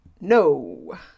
No